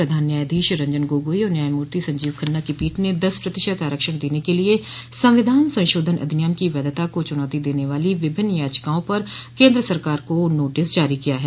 प्रधान न्यायाधीश रंजन गोगोई और न्यायमूर्ति संजीव खन्ना की पीठ ने दस प्रतिशत आरक्षण देने के लिए संविधान संशोधन अधिनियम की वैधता को चुनौती देने वाली विभिन्न याचिकाओं पर केन्द्र सरकार को नोटिस जारी किया है